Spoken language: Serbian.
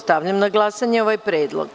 Stavljam na glasanje ovaj predlog.